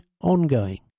ongoing